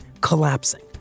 collapsing